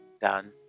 done